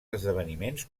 esdeveniments